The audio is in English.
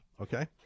okay